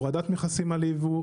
הורדת מכסים על ייבוא,